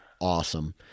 awesome